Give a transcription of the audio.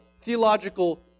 theological